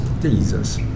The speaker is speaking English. Jesus